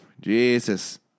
Jesus